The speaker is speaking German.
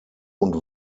und